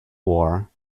war